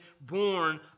born